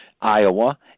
Iowa